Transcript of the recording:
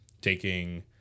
taking